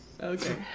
Okay